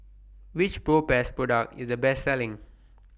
Which Propass Product IS The Best Selling